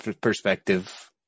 perspective